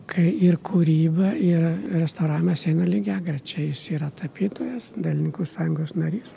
kai ir kūryba ir restauravimas eina lygiagrečiai jis yra tapytojas dailininkų sąjungos narys